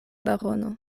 barono